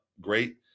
Great